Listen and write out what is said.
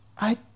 I